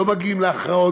לא מגיעים להכרעות,